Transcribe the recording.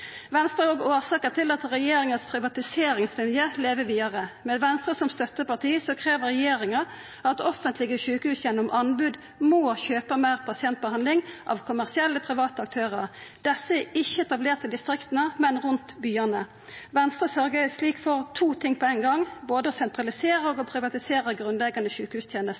Venstre er òg årsaka til at privatiseringslinja til regjeringa lever vidare. Med Venstre som støtteparti krev regjeringa at offentlege sjukehus gjennom anbod må kjøpa meir pasientbehandling av kommersielle, private aktørar. Desse er ikkje etablerte i distrikta, men rundt byane. Venstre sørgjer slik sett for to ting på ein gong: både å sentralisera og å